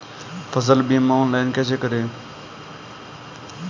फसल बीमा ऑनलाइन कैसे करें?